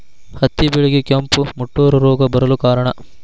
ಹತ್ತಿ ಬೆಳೆಗೆ ಕೆಂಪು ಮುಟೂರು ರೋಗ ಬರಲು ಕಾರಣ?